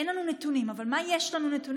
אין לנו נתונים, אבל על מה יש לנו נתונים?